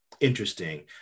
interesting